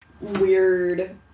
weird